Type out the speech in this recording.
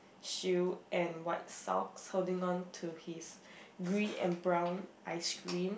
shoe and white sock holding onto his green and brown ice cream